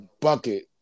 bucket